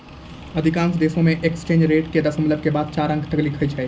अधिकांश देशों मे एक्सचेंज रेट के दशमलव के बाद चार अंक तक लिखै छै